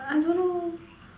I don't know